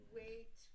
wait